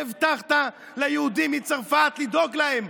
שהבטחת ליהודים מצרפת לדאוג להם,